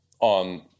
on